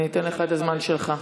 אני אתן לך את הזמן שלך.